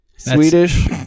Swedish